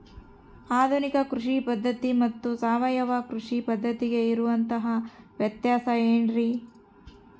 ಆಧುನಿಕ ಕೃಷಿ ಪದ್ಧತಿ ಮತ್ತು ಸಾವಯವ ಕೃಷಿ ಪದ್ಧತಿಗೆ ಇರುವಂತಂಹ ವ್ಯತ್ಯಾಸ ಏನ್ರಿ?